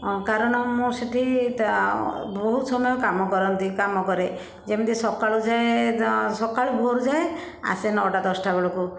କାରଣ ମୁଁ ସେଠି ବହୁତ ସମୟ କାମ କରନ୍ତି କାମ କରେ ଯେମିତି ସକାଳୁ ଯାଏ ସକାଳୁ ଭୋର୍ ଯାଏ ଆସେ ନଅଟା ଦଶଟା ବେଳକୁ